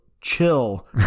chill